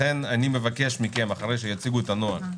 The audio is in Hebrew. לכן אני מבקש מכם, אחרי שיציגו את הנוהל,